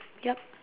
yup